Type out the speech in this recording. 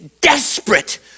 desperate